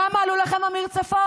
כמה עלו לכם המרצפות,